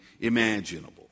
imaginable